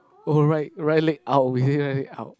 oh right right leg out we hear right leg out